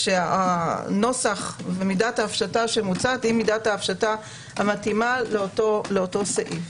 שנוסח ומידת ההפשטה שמוצעת היא זו שמתאימה לאותו סעיף.